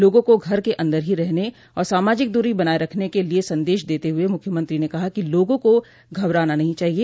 लोगों को घर के अन्दर ही रहने और सामाजिक दूरी बनाए रखने के लिए संदेश देते हुए मुख्यमंत्री ने कहा कि लोगों को घबराना नहीं चाहिए